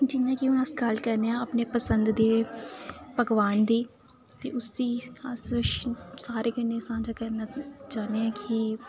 जि'यां कि हून अस्स गल्ल करने आं अपने पसंद दी पकवान दी ते उसी अस्स सारें कन्नै सांझा करना चाहन्ने आं कि